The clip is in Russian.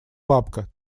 бабка